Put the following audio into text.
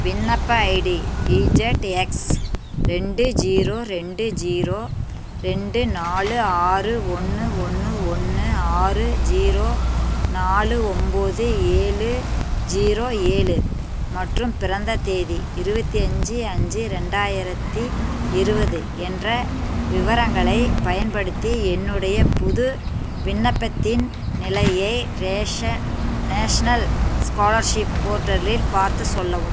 விண்ணப்ப ID Z X ரெண்டு zero ரெண்டு ஜீரோ ரெண்டு நாலு ஆறு ஒன்று ஒன்று ஒன்று ஆறு ஜீரோ நாலு ஒம்போது ஏழு ஜீரோ ஏழு மற்றும் பிறந்த தேதி இருபத்தி அஞ்சு அஞ்சு ரெண்டாயிரத்தி இருபது என்ற விவரங்களை பயன்படுத்தி என்னுடைய புது விண்ணப்பத்தின் நிலையை ரேஷன் நேஷ்னல் ஸ்காலர்ஷிப் போர்ட்டலில் பார்த்து சொல்லவும்